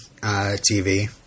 TV